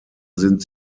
sind